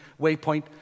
Waypoint